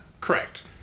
Correct